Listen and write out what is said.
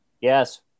Yes